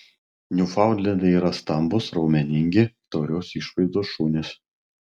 niufaundlendai yra stambūs raumeningi taurios išvaizdos šunys